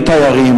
באים תיירים,